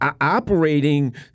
operating